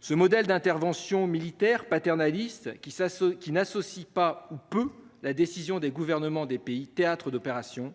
Ce modèle d'intervention militaire paternaliste qui ça. Ce qui n'associe pas ou peu la décision des gouvernements des pays théâtres d'opérations